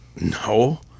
No